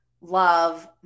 love